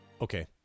Okay